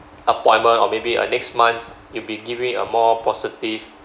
appointment or maybe uh next month you'll be giving a more positive